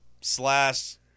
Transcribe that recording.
slash